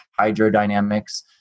hydrodynamics